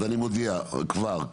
אז אני מודיע כבר,